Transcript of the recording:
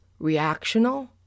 reactional